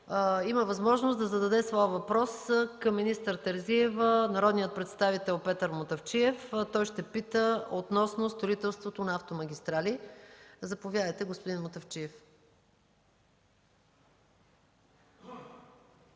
Има възможност да зададе своя въпрос към министър Десислава Терзиева народният представител Петър Мутафчиев относно строителството на автомагистрали. Заповядайте, господин Мутафчиев.